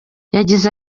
yagize